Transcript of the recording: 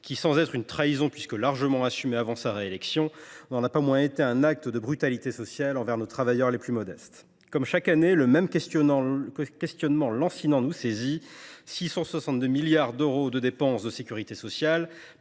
qui, sans être une trahison, puisqu’elle fut largement assumée avant la réélection du président, n’en a pas moins été un acte de brutalité sociale envers les travailleurs les plus modestes. Comme chaque année, le même questionnement lancinant nous saisit. Quelque 662 milliards d’euros de dépenses de sécurité sociale,